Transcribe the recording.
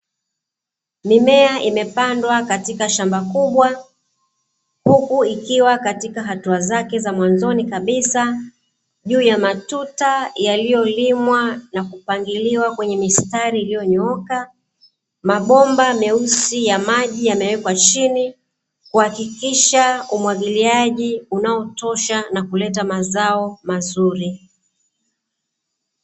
Mimea imepandwa katika shamba kubwa huku ikiwa katika hatua zake za mwanzoni kabisa juu ya matuta yaliyolimwa na kupangiliwa kwenye mistari iliyonyooka, mabomba meusi ya maji yamewekwa chini kuhakikisha umwagiliaji unaotosha na kuleta mazao mazuri.